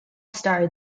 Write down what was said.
star